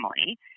family